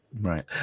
Right